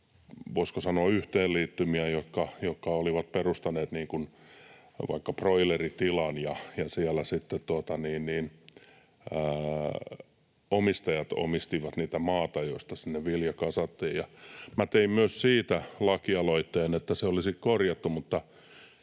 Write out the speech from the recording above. voisiko sanoa, yhteenliittymiä, jotka olivat perustaneet vaikka broileritilan, ja siellä sitten omistajat omistivat sitä maata, josta sinne vilja kasattiin. Minä tein lakialoitteen myös siitä, että se olisi korjattu,